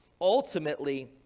ultimately